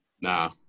Nah